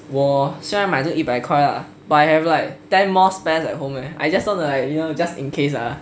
我虽然买这个一百块 lah but I have like ten more spares at home leh I just want to like you know just in case lah